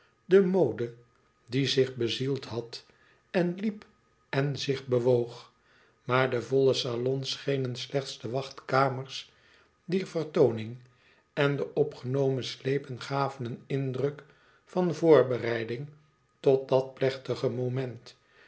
de mode die zich bezield had en liep en zich bewoog maar de volle salons schenen slechts de wachtkamers dier vertooning en de opgenomen slepen gaven een indruk van voorbereiding tot dat plechtige moment